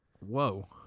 Whoa